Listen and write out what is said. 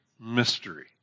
mystery